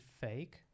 fake